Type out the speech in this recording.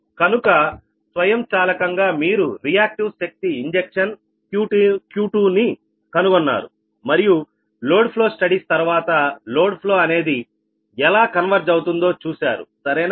కనుక స్వయంచాలకంగా మీరు రియాక్టివ్ శక్తి ఇంజక్షన్ Q2ని కనుగొన్నారు మరియు లోడ్ ఫ్లో స్టడీస్ తరువాత లోడ్ ఫ్లో అనేది ఎలా కన్వెర్జ్ అవుతుందో చూశారు సరేనా